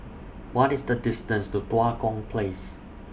What IS The distance to Tua Kong Place